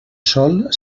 sol